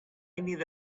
need